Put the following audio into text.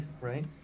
right